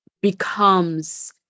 becomes